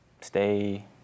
stay